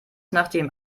nachdem